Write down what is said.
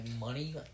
money